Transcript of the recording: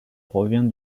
provient